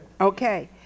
Okay